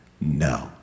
no